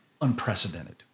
unprecedented